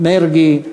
מרגי,